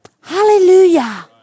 Hallelujah